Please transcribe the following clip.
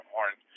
Horn